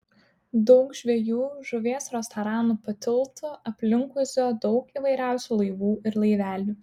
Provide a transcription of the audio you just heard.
daug žvejų žuvies restoranų po tiltu aplinkui zujo daug įvairiausių laivų ir laivelių